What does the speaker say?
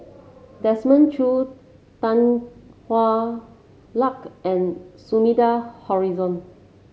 Desmond Choo Tan Hwa Luck and Sumida Haruzo